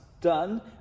done